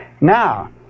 Now